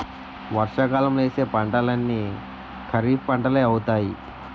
వర్షాకాలంలో యేసే పంటలన్నీ ఖరీఫ్పంటలే అవుతాయి